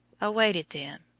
awaited them.